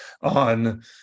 on